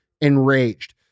enraged